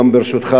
ברשותך,